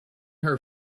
her